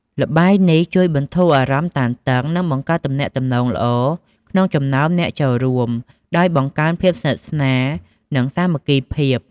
ល្បែងនេះជួយបន្ធូរអារម្មណ៍តានតឹង និងបង្កើតទំនាក់ទំនងល្អ ក្នុងចំណោមអ្នកចូលរួម ដោយបង្កើនភាពស្និទ្ធស្នាល និងសាមគ្គីភាព។